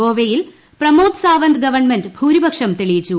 ഗോവയിൽ പ്രമോദ് സ്ാവന്ത് ഗവണ്മെന്റ് ഭൂരിപക്ഷം തെളിയിച്ചു